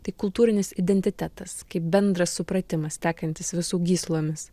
tai kultūrinis identitetas kaip bendras supratimas tekantis visų gyslomis